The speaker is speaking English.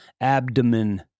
Abdomen